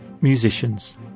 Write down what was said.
musicians